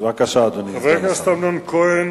ביום ט"ו בכסלו התש"ע (2 בדצמבר 2009):